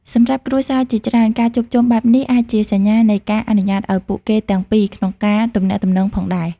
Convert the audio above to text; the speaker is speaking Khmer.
សម្រាប់គ្រួសារជាច្រើន ការជួបជុំបែបនេះអាចជាសញ្ញានៃការអនុញ្ញាតឲ្យពូកគេទាំងពីរក្នុងកាទំនាក់ទំនងផងដែរ។